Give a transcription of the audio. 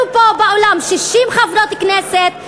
אם היו פה באולם 60 חברות כנסת,